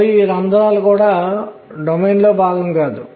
అయస్కాంత క్షేత్రాన్ని వర్తింపజేస్తే ఇప్పుడు ఏమి జరుగుతుంది